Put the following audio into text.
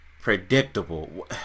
predictable